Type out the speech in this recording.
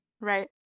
Right